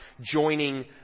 joining